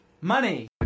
money